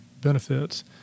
benefits